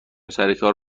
سرکار